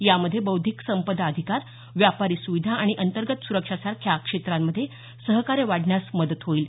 यामध्ये बौद्धिक संपदा अधिकार व्यापारी सुविधा आणि अंतर्गत सुरक्षासारख्या क्षेत्रांमध्ये सहकार्य वाढण्यास मदत होईल